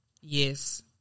Yes